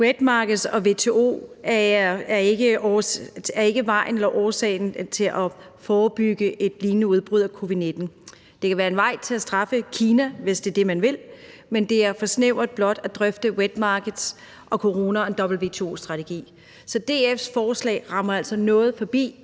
wet markets og WTO ikke er vejen frem til at forebygge et lignende udbrud af covid-19. Det kan være en vej til at straffe Kina, hvis det er det, man vil, men det er for snævert blot at drøfte wet markets og corona og en WTO-strategi. Så DF's forslag rammer altså noget forbi,